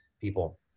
people